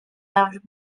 served